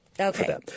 Okay